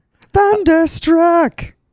Thunderstruck